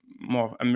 more